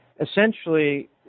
essentially